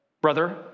Brother